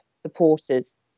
supporters